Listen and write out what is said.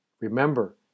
remember